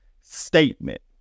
statement